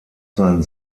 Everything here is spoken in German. sein